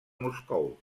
moscou